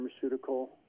pharmaceutical